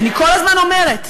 אני כל הזמן אומרת,